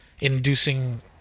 inducing